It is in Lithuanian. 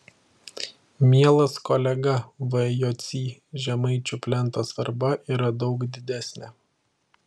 mielas kolega v jocy žemaičių plento svarba yra daug didesnė